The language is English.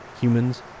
humans